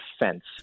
fence